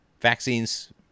vaccines